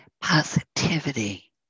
positivity